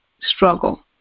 struggle